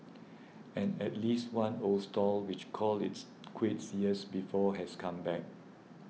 and at least one old stall which called its quits years before has come back